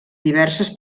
diverses